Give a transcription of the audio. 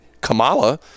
Kamala